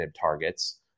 targets